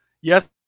Yes